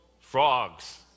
Frogs